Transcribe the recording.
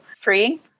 free